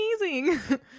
amazing